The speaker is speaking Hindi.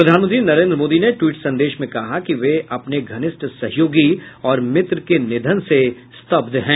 प्रधानमंत्री नरेन्द्र मोदी ने ट्वीट संदेश में कहा कि वे अपने घनिष्ठ सहयोगी और मित्र के निधन से स्तब्ध हैं